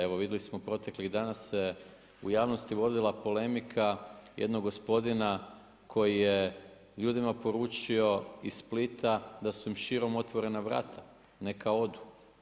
Evo vidjeli smo proteklih dana se u javnosti vodila polemika, jednog gospodina koji je ljudima poručio iz Splita da su im širom otvorena vrata, neka odu.